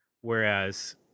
whereas